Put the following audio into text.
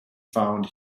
found